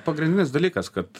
pagrindinis dalykas kad